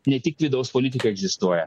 ne tik vidaus politika egzistuoja